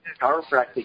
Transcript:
chiropractic